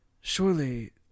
Surely